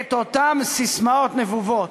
את אותן ססמאות נבובות.